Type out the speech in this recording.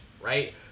Right